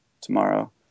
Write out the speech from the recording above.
tomorrow